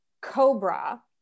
Cobra